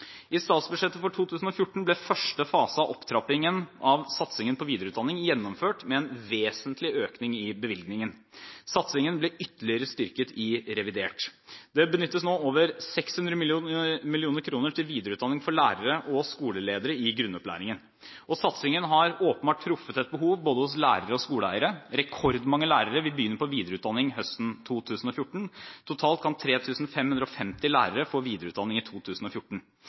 I statsbudsjettet for 2014 ble første fase av opptrappingen av satsingen på videreutdanning gjennomført med en vesentlig økning i bevilgningen. Satsingen ble ytterligere styrket i revidert nasjonalbudsjett. Det benyttes nå over 600 mill. kr til videreutdanning for lærere og skoleledere i grunnopplæringen, og satsingen har åpenbart truffet et behov både hos lærere og skoleeiere. Rekordmange lærere vil begynne på videreutdanning høsten 2014. Totalt kan 3 550 lærere få videreutdanning i 2014.